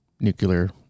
nuclear